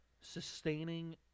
sustaining